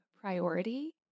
priority